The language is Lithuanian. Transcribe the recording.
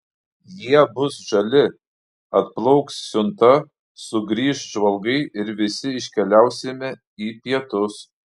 jie bus žali atplauks siunta sugrįš žvalgai ir visi iškeliausime į pietus